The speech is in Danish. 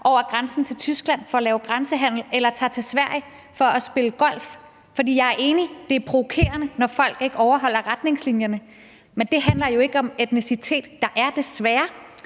over grænsen til Tyskland for at lave grænsehandel eller tager til Sverige for at spille golf? For jeg er enig: Det er provokerende, når folk ikke overholder retningslinjerne. Men det handler jo ikke om etnicitet. Der er desværre